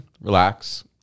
relax